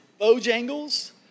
Bojangles